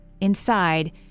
Inside